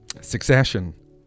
Succession